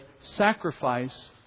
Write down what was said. sacrifice